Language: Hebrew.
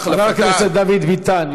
חבר הכנסת דוד ביטן,